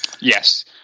Yes